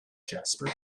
jasper